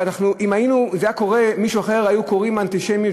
אם זה היה קורה למישהו אחר היו קוראים לזה אנטישמיות,